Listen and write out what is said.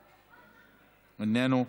איננו,